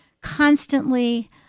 constantly